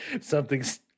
something's